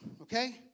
Okay